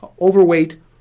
overweight